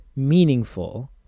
meaningful